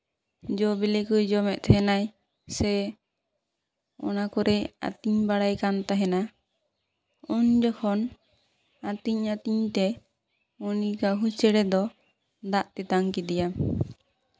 ᱡᱚᱼᱵᱤᱞᱤ ᱠᱚᱭ ᱡᱚᱢᱮᱫ ᱛᱟᱦᱮᱸᱱᱟᱭ ᱥᱮ ᱚᱱᱟ ᱠᱚᱨᱮ ᱟᱹᱛᱤᱧ ᱵᱟᱲᱟᱭ ᱠᱟᱱ ᱛᱟᱦᱮᱸᱱᱟ ᱩᱱ ᱡᱚᱠᱷᱚᱱ ᱟᱹᱛᱤᱧᱼᱟᱹᱛᱤᱧ ᱛᱮ ᱩᱱᱤ ᱠᱟᱦᱩᱸ ᱪᱮᱬᱮ ᱫᱚ ᱫᱟᱜ ᱛᱮᱛᱟᱝ ᱠᱮᱫᱮᱭᱟ